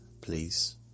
please